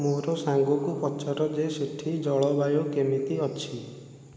ମୋର ସାଙ୍ଗକୁ ପଚାର ଯେ ସେଠି ଜଳବାୟୁ କେମିତି ଅଛି